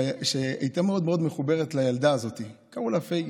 שהיא הייתה מאוד מאוד מחוברת לילדה הזאת שקראו לה פייגי.